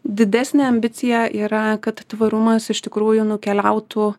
didesnė ambicija yra kad tvarumas iš tikrųjų nukeliautų